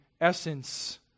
essence